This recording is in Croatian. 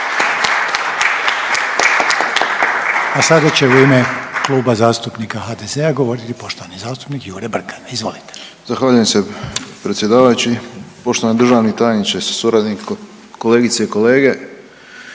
A sada će u ime Kluba zastupnika HDZ-a govoriti poštovani zastupnik Jure Brkan. Izvolite. **Brkan, Jure (HDZ)** Zahvaljujem se predsjedavajući. Poštovani državni tajniče sa suradnikom, kolegice i kolege.